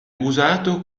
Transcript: usato